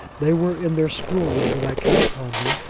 they were in their school-room when i came upon them,